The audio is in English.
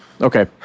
Okay